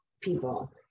people